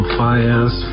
fires